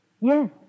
Yes